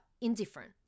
indifferent